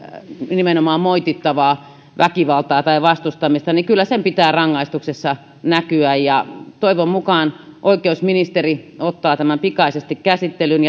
nimenomaan moitittavaa väkivaltaa tai vastustamista niin kyllä sen pitää rangaistuksessa näkyä toivon mukaan oikeusministeri ottaa tämän pikaisesti käsittelyyn